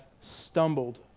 stumbled